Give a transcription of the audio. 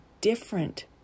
different